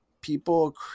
people